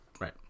Right